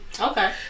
Okay